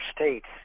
states